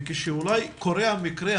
כשקורה המקרה,